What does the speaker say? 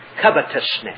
covetousness